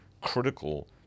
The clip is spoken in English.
critical